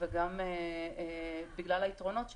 וגם בגלל היתרונות,